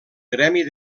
gremi